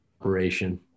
operation